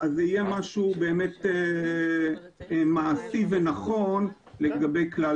זה יהיה משהו מעשי ונכון לגבי כלל